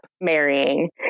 marrying